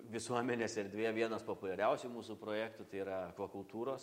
visuomenės erdvėje vienas populiariausių mūsų projektų tai yra akva kultūros